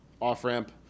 off-ramp